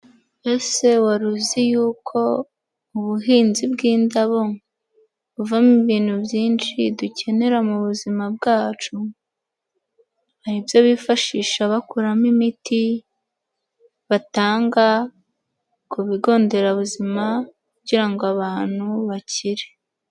Ese waru uzi yuko ubuhinzi bw'indabo buvamo ibintu byinshi dukenera mu buzima bwacu? Hari ibyo bifashisha bakuramo imiti batanga ku bigo nderabuzima kugira ngo abantu bakire.